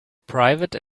private